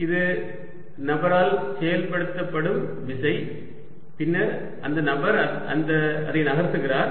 இது நபரால் செயல்படுத்தப்படும் விசை பின்னர் அந்த நபர் அதை நகர்த்துகிறார்